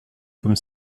comme